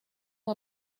fue